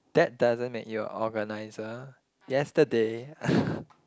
that doesn't make you a organizer yesterday